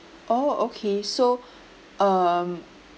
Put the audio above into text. oh okay so um